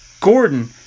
Gordon